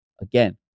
again